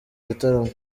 gitaramo